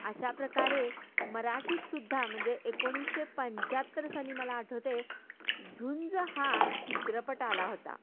अशा प्रकारे मराठीतसुद्धा म्हणजे एकोणीसशे पंच्याहत्तर साली मला आठवते झुंज हा चित्रपट आला होता